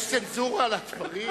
יש צנזורה על הדברים?